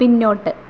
പിന്നോട്ട്